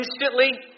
instantly